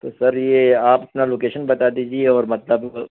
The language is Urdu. تو سر یہ آپ اپنا لوکیشن بتا دیجیے اور مطلب